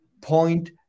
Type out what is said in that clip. point